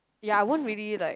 ya I won't really like